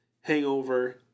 hangover